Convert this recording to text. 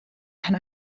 kann